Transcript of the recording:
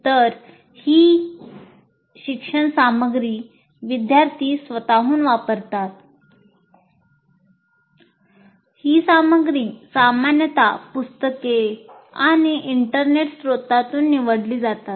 तर ही शिक्षण सामग्री विद्यार्थी स्वत हून वापरतात ही सामग्री सामान्यत पुस्तके आणि इंटरनेट स्त्रोतांकडून निवडली जाते